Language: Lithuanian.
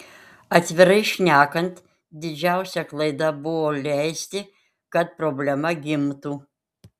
atvirai šnekant didžiausia klaida buvo leisti kad problema gimtų